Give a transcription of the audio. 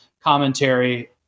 commentary